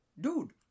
dude